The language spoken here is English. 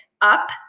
up